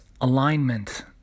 alignment